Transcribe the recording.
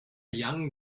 young